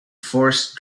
forced